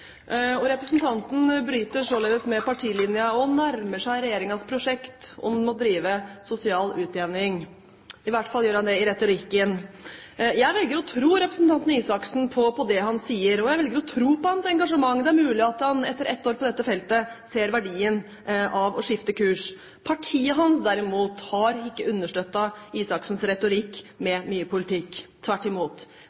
replikkordskifte. Representanten Røe Isaksen har den siste tiden blitt opptatt av å redusere sosiale forskjeller. Han bryter således med partilinjen og nærmer seg regjeringens prosjekt for sosial utjevning, i hvert fall gjør han det i retorikken. Jeg velger å tro representanten Røe Isaksen på det han sier, og jeg velger å tro på hans engasjement. Det er mulig at han etter et år på dette feltet ser verdien av å skifte kurs. Partiet hans, derimot, har ikke